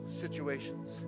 situations